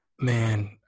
Man